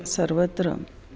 सर्वत्र